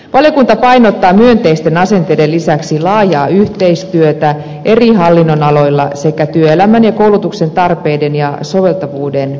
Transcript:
valiokunta painottaa myönteisten asenteiden lisäksi laajaa yhteistyötä eri hallinnonaloilla sekä työelämän ja koulutuksen tarpeiden ja soveltavuuden selvittämistä